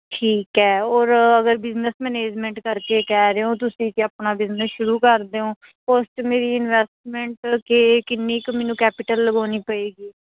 ਠੀਕ ਹੈ ਔਰ ਅਗਰ ਬਿਜ਼ਨਸ ਮੈਨੇਜਮੈਂਟ ਕਰਕੇ ਕਹਿ ਰਹੇ ਹੋ ਤੁਸੀਂ ਕਿ ਆਪਣਾ ਬਿਜ਼ਨਸ ਸ਼ੁਰੂ ਕਰਦੇ ਹੋ ਤਾਂ ਉਸ 'ਚ ਮੇਰੀ ਇਨਵੈਸਟਮੈਂਟ ਕਿ ਕਿੰਨੀ ਕੁ ਮੈਨੂੰ ਕੈਪੀਟਲ ਲਗਾਉਣੀ ਪਏਗੀ